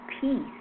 peace